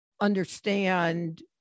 understand